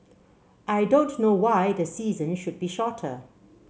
I don't know why the season should be shorter